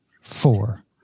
four